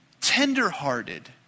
tenderhearted